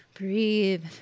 Breathe